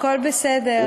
הכול בסדר.